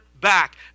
back